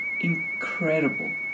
incredible